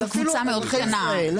זה קבוצה מאוד קטנה.